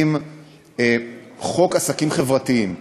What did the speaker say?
בחוק עסקים חברתיים,